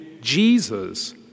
Jesus